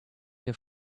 your